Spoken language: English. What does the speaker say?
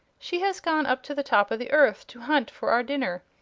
she has gone up to the top of the earth to hunt for our dinner.